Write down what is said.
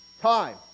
Time